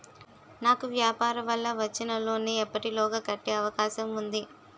నాకు వ్యాపార వల్ల వచ్చిన లోన్ నీ ఎప్పటిలోగా కట్టే అవకాశం ఉంది?